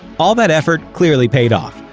all that effort clearly paid off.